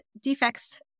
defects